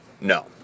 No